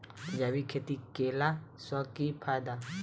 जैविक खेती केला सऽ की फायदा?